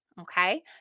Okay